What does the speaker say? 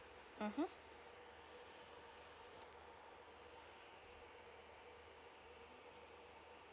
mmhmm